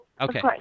Okay